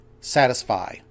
satisfy